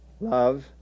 love